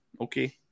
Okay